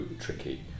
tricky